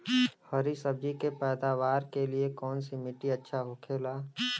हरी सब्जी के पैदावार के लिए कौन सी मिट्टी अच्छा होखेला?